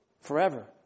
Forever